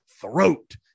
throat